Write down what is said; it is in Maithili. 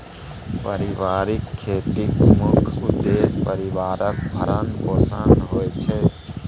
परिबारिक खेतीक मुख्य उद्देश्य परिबारक भरण पोषण होइ छै